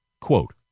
Quote